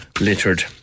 littered